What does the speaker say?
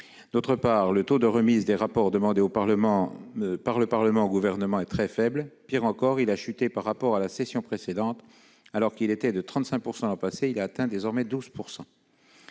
Ensuite, le taux de remise des rapports demandés par le Parlement au Gouvernement est très faible. Pis encore, il a chuté par rapport à la session précédente : alors qu'il était de 35 % l'an passé, il atteint désormais 12 %.